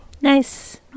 nice